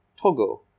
Togo